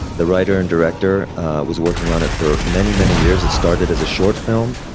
the writer and director was working on it for many, many years. it started as a short film.